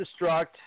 destruct